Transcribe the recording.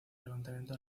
levantamiento